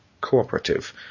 cooperative